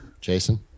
Jason